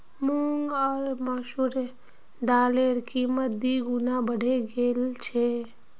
मूंग आर मसूरेर दालेर कीमत दी गुना बढ़े गेल छेक